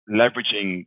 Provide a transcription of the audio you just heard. leveraging